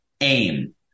aim